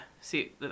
see